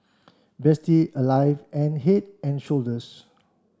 Betsy Alive and Head and Shoulders